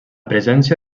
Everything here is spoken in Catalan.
presència